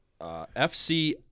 FC